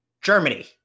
Germany